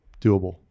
doable